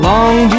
Long